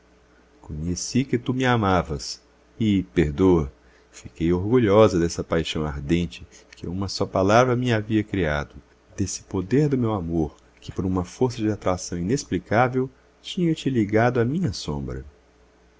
conheci que tu me amavas e perdoa fiquei orgulhosa dessa paixão ardente que uma só palavra minha havia criado desse poder do meu amor que por uma força de atração inexplicável tinha te ligado à minha sombra